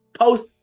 post